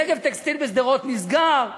"נגב טקסטיל" בשדרות נסגר,